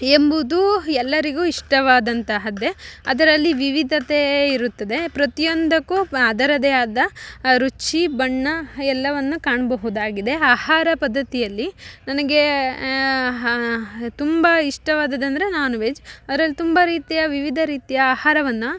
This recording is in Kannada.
ಎಂಬುದು ಎಲ್ಲರಿಗು ಇಷ್ಟವಾದಂತಹದ್ದೆ ಅದರಲ್ಲಿ ವಿವಿಧತೆ ಇರುತ್ತದೆ ಪ್ರತಿಯೊಂದಕ್ಕೂ ಅದರದೇ ಆದ ರುಚಿ ಬಣ್ಣ ಎಲ್ಲವನ್ನು ಕಾಣಬಹುದಾಗಿದೆ ಆಹಾರ ಪದ್ದತಿಯಲ್ಲಿ ನಂಗೆ ತುಂಬ ಇಷ್ಟವಾದಂದರೆ ನಾನ್ ವೆಜ್ ಅದರಲ್ಲಿ ತುಂಬ ರೀತಿಯ ವಿವಿಧ ರೀತಿಯ ಆಹಾರವನ್ನು